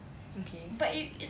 okay